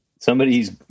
Somebody's